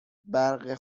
برق